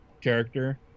character